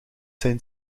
zijn